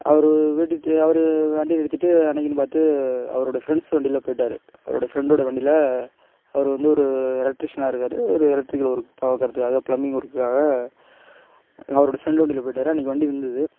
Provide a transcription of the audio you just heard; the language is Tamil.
அவர் வீட்டுக்கு அவர் வண்டியை நிறுத்திவிட்டு அன்னைக்கின்று பார்த்து அவரோட ஃப்ரெண்ட்ஸ் வண்டியில் போயிட்டார் அவரோட ஃப்ரெண்டோட வண்டியில அவர் வந்து ஒரு எலக்ட்ரிஷனாக இருக்கார் ஒரு எலக்ட்ரிக்கல் ஒர்க் பார்க்கறத்துக்காக பிளம்மிங் ஒர்க்குக்காக அவரோட ஃப்ரெண்டு வண்டியில போயிட்டார் அன்னைக்கு வண்டி இருந்துது